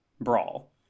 Brawl